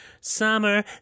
summer